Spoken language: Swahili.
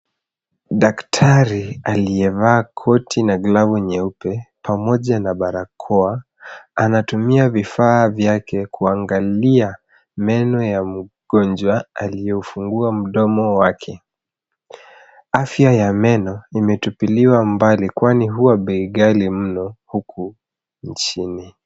Daktari aliyevaa koti na glavu nyeupe pamoja na barakoa anatumia vifaa vyake kuangalia meno ya mgonjwa aliyefungua mdomo wake. Afya ya meno imetupiliwa mbali kwani huwa bei ghali mno huku nchini.